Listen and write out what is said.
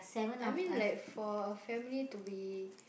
I mean like for family to be